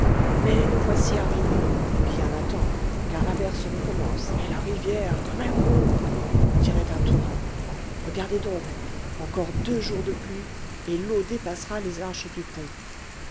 mais nous voici arrivés et bien à temps car l'averse recommence et la rivière comme elle gronde on dirait un torrent regardez donc encore deux jours de pluie et l'eau dépassera les arches du pont